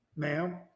Ma'am